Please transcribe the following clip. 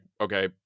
okay